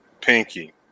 pinky